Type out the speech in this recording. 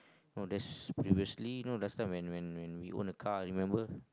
no that's previously no that's not when when when we own a car remember